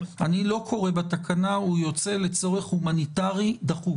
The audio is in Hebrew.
אני לא קורא בתקנה: הוא יוצא לצורך הומניטרי דחוף.